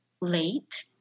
late